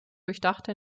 durchdachte